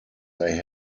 they